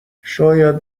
شاید